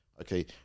Okay